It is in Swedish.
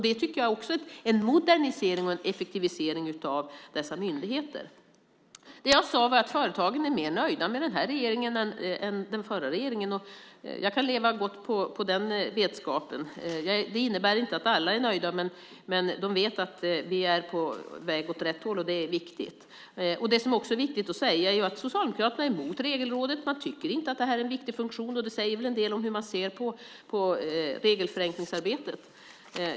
Det är en modernisering och effektivisering av dessa myndigheter. Jag sade att företagen är mer nöjda med den här regeringen än med den förra regeringen. Jag kan leva gott på den vetskapen. Det innebär inte att alla är nöjda. Men de vet att vi är på väg åt rätt håll, och det är viktigt. Det är också viktigt att säga att Socialdemokraterna är emot Regelrådet. De tycker inte att det är en viktig funktion. Det säger en del om hur man ser på regelförenklingsarbetet.